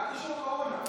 מה קשורה הקורונה?